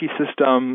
system